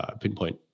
pinpoint